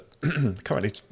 currently